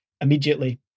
immediately